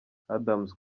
adams